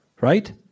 Right